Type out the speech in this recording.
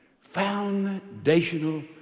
Foundational